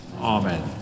Amen